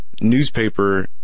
newspaper